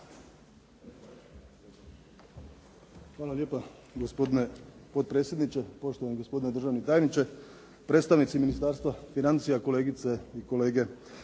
Hvala lijepa gospodine potpredsjedniče, poštovani gospodine državni tajniče, predstavnici Ministarstva financija, kolegice i kolege